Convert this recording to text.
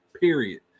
period